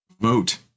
vote